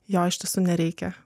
jo iš tiesų nereikia